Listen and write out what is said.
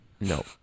no